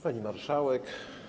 Pani Marszałek!